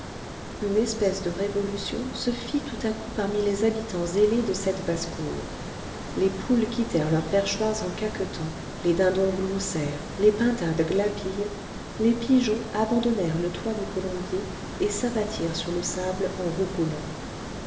une espèce de révolution se fit tout à coup parmi les habitants ailés de cette basse-cour les poules quittèrent leurs perchoirs en caquetant les dindons gloussèrent les pintades glapirent les pigeons abandonnèrent le toit du colombier et s'abattirent sur le sable